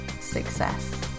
success